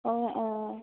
অঁ অঁ